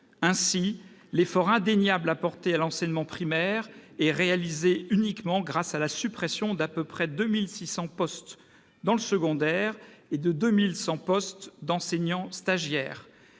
Ainsi, l'effort indéniable en faveur de l'enseignement primaire est réalisé uniquement grâce à la suppression d'environ 2 600 postes d'enseignants dans le secondaire et 2 100 postes d'enseignants stagiaires.